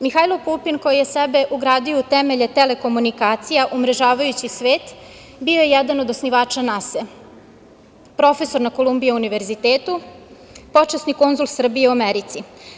Mihajlo Pupin, koji je sebe ugradio u temelje telekomunikacija umrežavajući svet, bio je jedan od osnivača NASE, profesor na Kolumbija univerzitetu, počasni konzul Srbije u Americi.